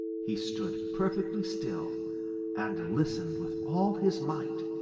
he stood perfectly still and listened with all his might.